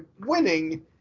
winning